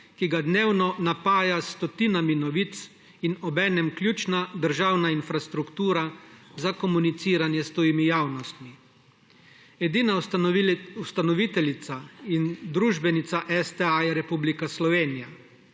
ki ga dnevno napaja s stotinami novic, in obenem ključna državna infrastruktura za komuniciranje s tujimi javnostmi. Edina ustanoviteljica in družbenica STA je Republika Slovenija.